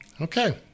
okay